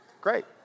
Great